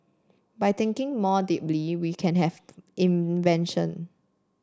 by thinking more deeply we can have invention